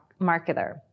Marketer